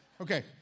Okay